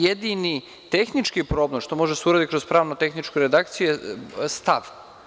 Jedini tehnički problem, što može da se uradi kroz pravno-tehničku redakciju je stav.